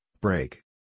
break